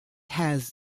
has